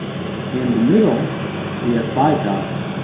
in the middle we have five dots,